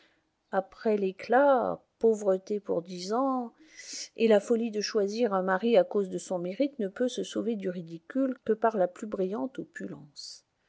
après l'éclat pauvreté pour dix ans et la folie de choisir un mari à cause de son mérite ne peut se sauver du ridicule que par la plus brillante opulence